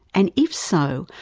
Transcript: and if so,